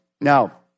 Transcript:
Now